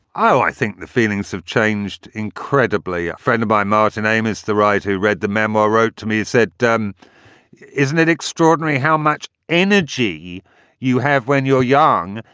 i think the feelings have changed incredibly. a friend of by martin aime is the writer who read the memoir wrote to me. it said. isn't it extraordinary how much energy you have when you're young,